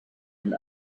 and